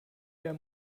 der